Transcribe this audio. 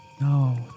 No